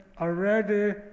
already